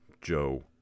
Joe